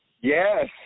Yes